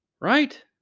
Right